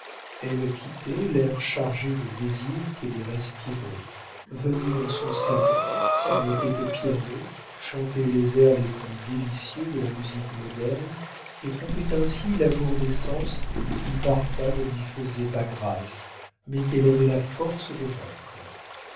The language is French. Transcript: elle quittait l'air chargé de désirs qu'elle y respirait venait dans son salon s'y mettait au piano chantait les airs les plus délicieux de la musique moderne et trompait ainsi l'amour des sens qui parfois ne lui faisait pas grâce mais qu'elle avait la force de vaincre